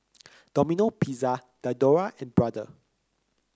Domino Pizza Diadora and Brother